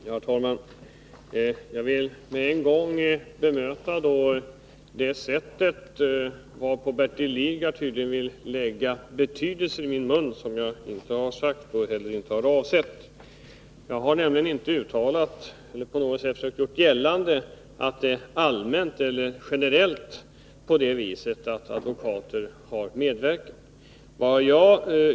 Herr talman! Jag vill med en gång bemöta det sätt varpå Bertil Lidgard tydligen vill lägga betydelser i min mun som jag inte har talat om och inte heller avsett. Jag har nämligen inte uttalat eller på något sätt försökt göra gällande att det generellt är på det viset att advokater har medverkat.